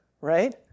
right